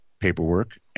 paperwork